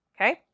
Okay